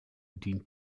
dient